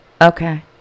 Okay